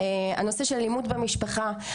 הנושא של אלימות במשפחה,